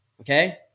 Okay